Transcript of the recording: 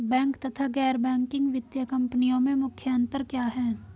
Bank तथा गैर banking वित्तीय कंपनियों में मुख्य अंतर क्या है?